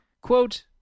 quote